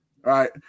right